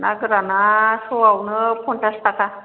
ना गोराना स'आवनो फनसास थाखा